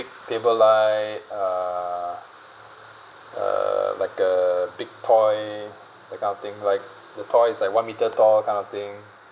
table light uh uh like a big toy that kind of thing like the toys like one meter tall kind of thing